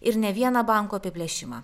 ir ne vieną banko apiplėšimą